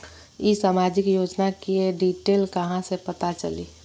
ई सामाजिक योजना के डिटेल कहा से पता चली?